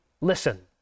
listen